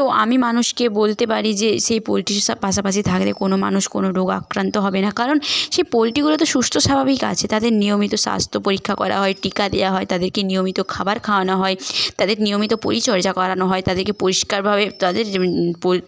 তো আমি মানুষকে বলতে পারি যে সেই পোলট্রির পাশাপাশি থাকলে কোনও মানুষ কোনও রোগাক্রান্ত হবে না কারণ সে পোলট্রিগুলো তো সুস্থ স্বাভাবিক আছে নিয়মিত স্বাস্থ্য পরীক্ষা করা হয় টিকা দেওয়া হয় তাদেরকে নিয়মিত খাবার খাওয়ানো হয় তাদের নিয়মিত পরিচর্যা করানো হয় তাদেরকে পরিষ্কারভাবে তাদের